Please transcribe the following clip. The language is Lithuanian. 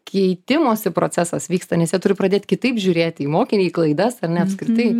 keitimosi procesas vyksta nes jie turi pradėt kitaip žiūrėt į mokinį į klaidas ar ne apskritai